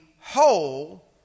whole